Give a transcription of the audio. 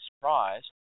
surprised